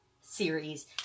series